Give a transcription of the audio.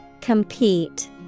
Compete